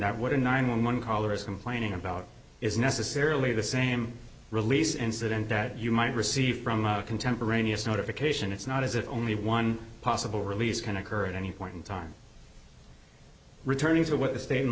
a nine one one caller is complaining about is necessarily the same release incident that you might receive from contemporaneous notification it's not as if only one possible release can occur at any point in time returning to what the state and